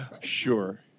Sure